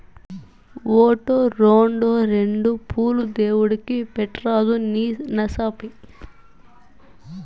ఓటో, రోండో రెండు పూలు దేవుడిని పెట్రాదూ నీ నసాపి